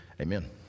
Amen